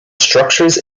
structures